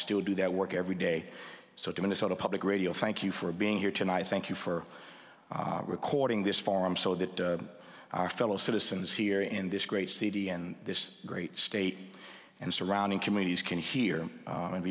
still do that work every day so to minnesota public radio thank you for being here tonight thank you for recording this forum so that our fellow citizens here in this great city and this great state and surrounding communities can he